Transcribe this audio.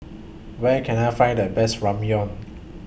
Where Can I Find The Best Ramyeon